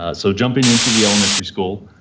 ah so, jumping in to the elementary school